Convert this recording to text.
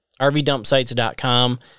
rvdumpsites.com